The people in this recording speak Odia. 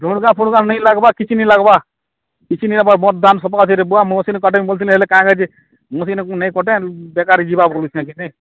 ଯୋଡ଼ଦା ଫୋଡ଼ଦା ନାଇଁ ଲାଗ୍ବା କିଛି ନାଇଁ ଲାଗ୍ବା କିଛି ନାଇଁ ହେବା ବଡ଼୍ ଧାନ୍ ସଫାକରି ଦେବୁଁ ମେସିନ୍ କଟିଥିଲୁ ହେଲେ କାଁଣା କାଜି ମେସିନ୍କୁ ନାଇଁ କଟେ ବେକାର୍ ଯିବାକୁ ପଡ଼ୁଛି ନାଇଁ ନିକେ